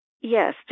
Yes